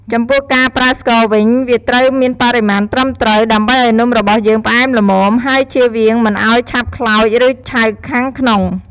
ចំពោះការប្រើស្ករវិញ វាត្រូវមានបរិមាណត្រឹមត្រូវ ដើម្បីឱ្យនំរបស់យើងផ្អែមល្មម ហើយចៀសវាងមិនឱ្យឆាប់ខ្លោច ឬឆៅខាងក្នុង។